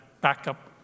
backup